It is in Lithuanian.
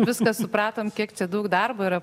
viską supratom kiek daug darbo yra